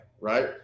Right